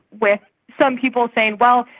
with some people saying, well,